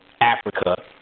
Africa